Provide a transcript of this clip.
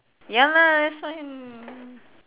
ya lah that's why